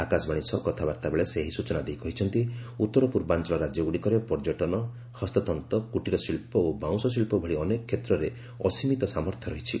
ଆକାଶବାଣୀ ସହ କଥାବାର୍ଭାବେଳେ ସେ ଏହି ସୂଚନା ଦେଇ କହିଛନ୍ତି ଉତ୍ତର ପୂର୍ବାଞ୍ଚଳ ରାଜ୍ୟଗୁଡ଼ିକରେ ପର୍ଯ୍ୟଟନ ହସ୍ତତ୍ତ୍ୱ କୁଟୀର ଶିଳ୍ପ ଓ ବାଉଁଶ ଶିଳ୍ପ ଭଳି ଅନେକ କ୍ଷେତ୍ରରେ ଅସୀମିତ ସାମାର୍ଥ୍ୟ ରହିଛି